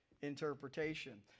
interpretation